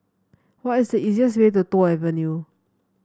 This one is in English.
what is the easiest way to Toh Avenue